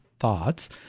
thoughts